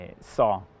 saw